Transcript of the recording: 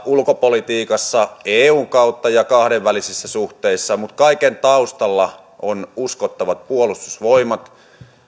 ulkopolitiikassa eun kautta ja kahdenvälisissä suhteissa mutta kaiken taustalla on uskottavat puolustusvoimat